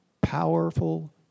powerful